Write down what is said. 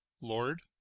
lord